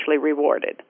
rewarded